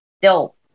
Dope